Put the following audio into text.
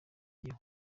iyo